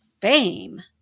fame